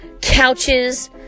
Couches